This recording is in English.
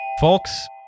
Folks